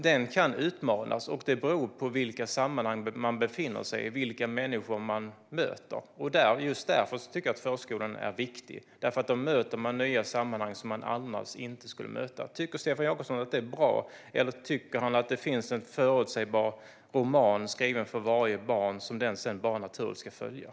Den kan utmanas, och det beror på vilka sammanhang man befinner sig i och vilka människor man möter. Just därför är förskolan viktig. Där hamnar man nämligen i nya sammanhang som inte skulle vara i annars. Tycker Stefan Jakobsson att det är bra? Eller tycker han att det finns en färdig roman skriven för varje barn, som barnet sedan bara ska följa naturligt?